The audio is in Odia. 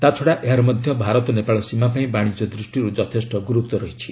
ତା'ଛଡ଼ା ଏହାର ମଧ୍ୟ ଭାରତ ନେପାଳ ସୀମା ପାଇଁ ବାଶିଜ୍ୟ ଦୃଷ୍ଟିରୁ ଯଥେଷ୍ଟ ଗୁରୁତ୍ୱ ରହିଛି